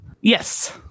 Yes